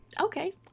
Okay